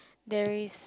there is